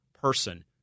person